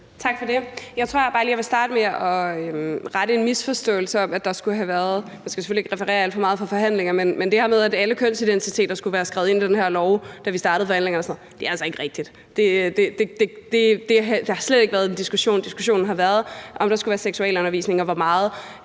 det. Jeg tror bare lige, jeg vil starte med at rette en misforståelse – og jeg skal selvfølgelig ikke referere alt for meget fra forhandlingerne – nemlig det her med, at alle kønsidentiteter skulle være skrevet ind i det her lovforslag, da vi startede forhandlingerne. Det er altså ikke rigtigt. Den diskussion har slet ikke været der. Diskussionen har været om, hvorvidt der skulle være seksualundervisning, og hvor meget